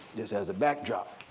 just as a backdrop,